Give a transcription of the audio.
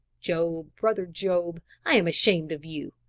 job, brother job, i am ashamed of you!